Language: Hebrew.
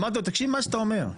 אמרתי לו, תקשיב מה שאתה אומר.